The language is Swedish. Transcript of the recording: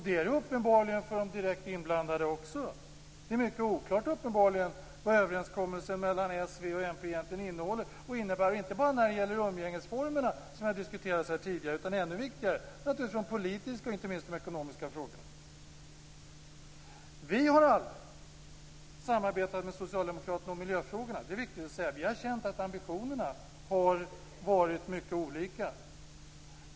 Det är uppenbarligen också för de direkt inblandade oklart vad överenskommelsen mellan s, v och mp egentligen innehåller och innebär, inte bara när det gäller umgängesformerna som diskuterades här tidigare utan, och ännu viktigare, när det gäller de politiska och inte minst de ekonomiska frågorna. Vi har aldrig samarbetat med socialdemokraterna om miljöfrågorna. Det är viktigt att säga. Vi har känt att ambitionerna har varit mycket olika.